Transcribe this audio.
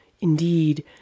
Indeed